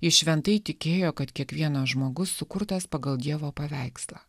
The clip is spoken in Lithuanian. ji šventai tikėjo kad kiekvienas žmogus sukurtas pagal dievo paveikslą